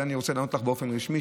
ואת זה אני רוצה לענות לך באופן רשמי,